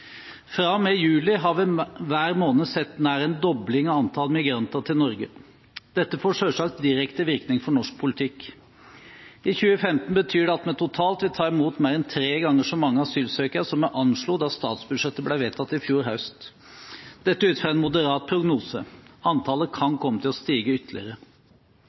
juli har vi hver måned sett nær en dobling av antall migranter til Norge. Dette får selvsagt direkte virkning for norsk politikk. I 2015 betyr det at vi totalt vil ta imot mer enn tre ganger så mange asylsøkere som vi anslo da statsbudsjettet ble vedtatt i fjor høst – dette ut fra en moderat prognose. Antallet kan komme til å stige ytterligere.